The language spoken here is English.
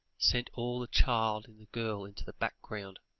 sent all the child in the girl into the background,